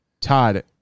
Todd